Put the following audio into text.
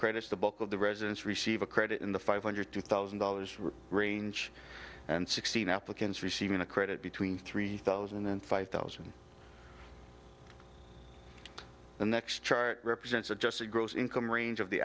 credits the book of the residents receive a credit in the five hundred two thousand dollars range and sixteen applicants receiving a credit between three thousand and five thousand the next chart represents adjusted gross income range of the